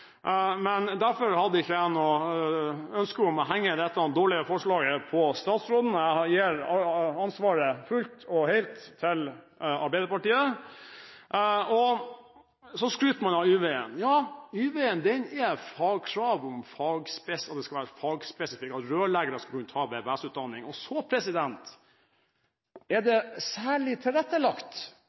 Derfor hadde jeg ikke noe ønske om å henge dette dårlige forslaget på statsråden. Jeg gir ansvaret fullt og helt til Arbeiderpartiet. Man skryter av Y-veien. Ja, Y-veien går ut på at utdanningen skal være fagspesifikk – at rørleggere skal ta VVS-ingeniørutdanning. Så er det særlig tilrettelagt.